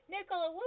Nicola